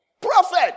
Prophet